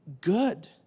good